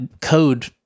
code